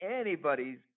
anybody's